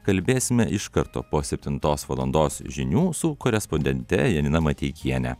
kalbėsime iš karto po septintos valandos žinių su korespondente janina mateikiene